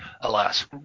alas